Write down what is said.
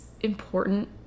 important